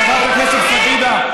חברת הכנסת פדידה.